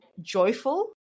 joyful